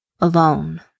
Alone